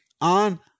on